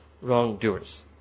wrongdoers